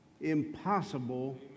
impossible